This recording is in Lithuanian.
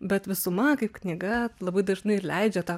bet visuma kaip knyga labai dažnai ir leidžia tą